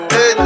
Hey